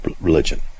religion